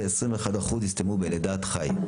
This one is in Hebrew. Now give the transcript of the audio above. ו-21% הסתיימו בלידת חי.